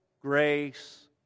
grace